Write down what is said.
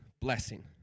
blessing